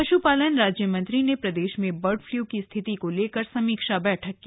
पश्पालन राज्यमंत्री ने प्रदेश में बर्ड फ्लू की स्थिति को लेकर समीक्षा बैठक की